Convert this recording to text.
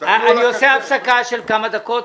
אני עושה הפסקה של כמה דקות,